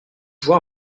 voir